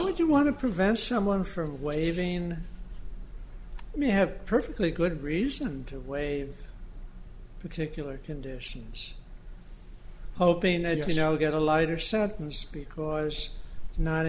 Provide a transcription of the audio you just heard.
ed you want to prevent someone from waiving you have a perfectly good reason to waive particular conditions hoping that you now get a lighter sentence because not